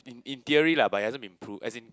in in theory lah but hasn't been proved as in